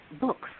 books